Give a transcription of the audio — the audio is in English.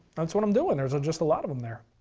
that's what i'm doing, there's just a lot of them there.